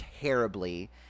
terribly